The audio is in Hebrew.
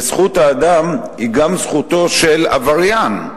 וזכות האדם היא גם זכותו של עבריין,